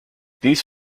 these